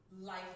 life